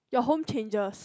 your home changes